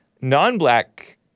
non-black